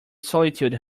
solitude